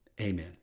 Amen